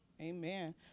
amen